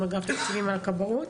עם אגף תקציבים על הכבאות,